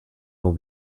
will